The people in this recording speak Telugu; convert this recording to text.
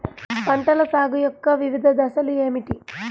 పంటల సాగు యొక్క వివిధ దశలు ఏమిటి?